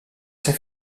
ser